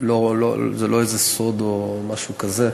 זה לא איזה סוד או משהו כזה.